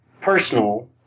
personal